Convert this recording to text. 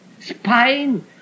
spine